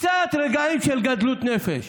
לקצת רגעים של גדלות נפש.